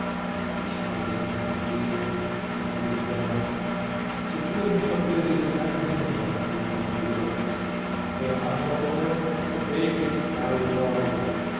ich habe dir nichts zu geben wiederholte der mann so führe mich doch wieder diese treppen hinunter rief mein bruder er antwortete der weg liegt frei vor dir